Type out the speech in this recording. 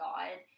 God